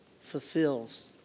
fulfills